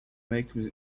makes